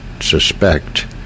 suspect